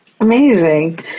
Amazing